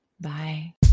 Bye